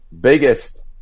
biggest